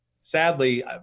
Sadly